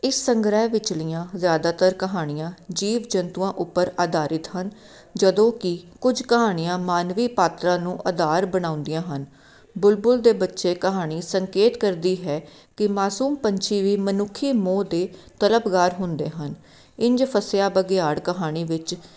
ਇਸ ਸੰਗ੍ਰਹਿ ਵਿਚਲੀਆਂ ਜ਼ਿਆਦਾਤਰ ਕਹਾਣੀਆਂ ਜੀਵ ਜੰਤੂਆਂ ਉੱਪਰ ਅਧਾਰਿਤ ਹਨ ਜਦੋਂ ਕਿ ਕੁਝ ਕਹਾਣੀਆਂ ਮਾਨਵੀ ਪਾਤਰਾਂ ਨੂੰ ਆਧਾਰ ਬਣਾਉਂਦੀਆਂ ਹਨ ਬੁਲਬੁਲ ਦੇ ਬੱਚੇ ਕਹਾਣੀ ਸੰਕੇਤ ਕਰਦੀ ਹੈ ਕਿ ਮਾਸੂਮ ਪੰਛੀ ਵੀ ਮਨੁੱਖੀ ਮੋਹ ਦੇ ਤਲਬਗਾਰ ਹੁੰਦੇ ਹਨ ਇੰਝ ਫਸਿਆ ਬਗਿਆੜ ਕਹਾਣੀ ਵਿੱਚ